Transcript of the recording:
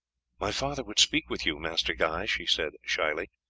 my father would speak with you, master guy, she said shyly,